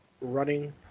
running